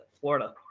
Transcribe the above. Florida